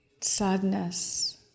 sadness